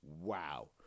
Wow